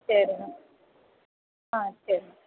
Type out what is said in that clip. சரிண்ணா ஆ சரிண்ணா